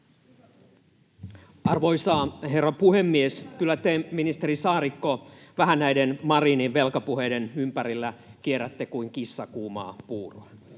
Arvoisa herra puhemies! Kyllä te, ministeri Saarikko, näiden Marinin velkapuheiden ympärillä kierrätte vähän kuin kissa kuumaa puuroa.